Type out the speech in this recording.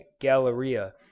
galleria